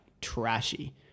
trashy